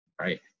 right